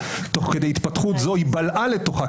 תוך כדי התפתחות זו היא בלעה לתוכה,